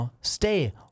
Stay